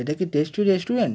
এটা কি tasty restaurant